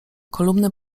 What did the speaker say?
kolumny